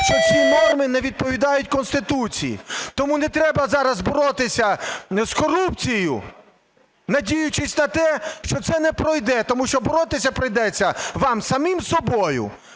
що ці норми не відповідають Конституції. Тому не треба зараз боротися з корупцією, надіючись на те, що це не пройде, тому що боротися прийдеться вам самим з собою.